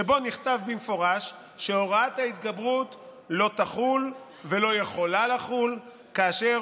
שבו נכתב במפורש שהוראת ההתגברות לא תחול ולא יכולה לחול כאשר